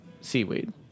seaweed